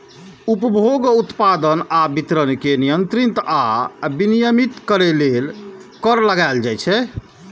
उपभोग, उत्पादन आ वितरण कें नियंत्रित आ विनियमित करै लेल कर लगाएल जाइ छै